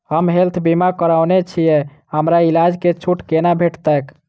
हम हेल्थ बीमा करौने छीयै हमरा इलाज मे छुट कोना भेटतैक?